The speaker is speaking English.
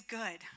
good